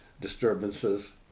disturbances